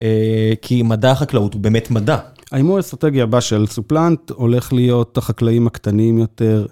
כי מדע החקלאות הוא באמת מדע. ההימור האסטרטגי הבא של סופלנט הולך להיות החקלאים הקטנים יותר.